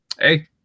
hey